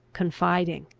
confiding.